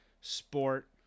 sport